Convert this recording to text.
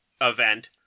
event